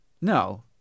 No